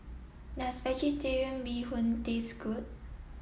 does vegetarian bee hoon taste good